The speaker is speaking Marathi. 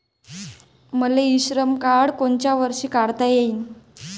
मले इ श्रम कार्ड कोनच्या वर्षी काढता येईन?